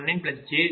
91